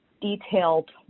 detailed